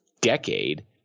decade